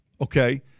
okay